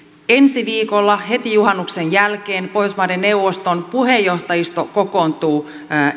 ensi viikolla heti juhannuksen jälkeen pohjoismaiden neuvoston puheenjohtajisto kokoontuu